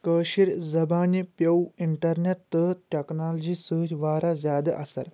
کأشِر زبانہِ پیٚو اِنٹرنیٚٹ تہٕ ٹیٚکنالوجی سۭتۍ واریاہ زیادٕ اثر